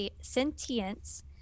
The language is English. sentience